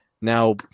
Now